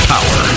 Power